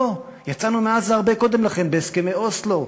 לא, יצאנו מעזה הרבה קודם לכן, בהסכמי אוסלו.